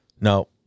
No